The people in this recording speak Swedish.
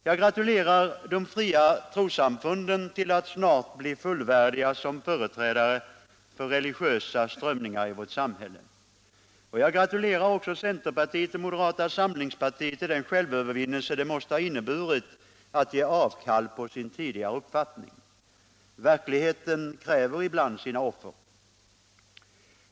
Jag gratulerar de nya trossamfunden till att snart bli fullvärdiga som företrädare för religiösa strömningar i vårt samhälle, och jag gratulerar också centerpartiet och moderata samlingspartiet till den självövervinnelse det måste ha inneburit att ge avkall på sin tidigare uppfattning. Verkligheten kräver ibland sina offer.